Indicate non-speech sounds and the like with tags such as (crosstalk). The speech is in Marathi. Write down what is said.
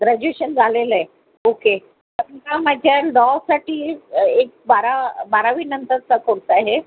ग्रॅज्युएशन झालेलं आहे ओके (unintelligible) लॉसाठी एक बारा बारावीनंतरचा कोर्स आहे